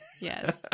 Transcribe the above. Yes